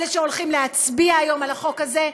אלה שהולכים להצביע היום על החוק הזה,